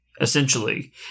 essentially